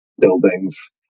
buildings